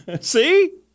See